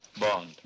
Bond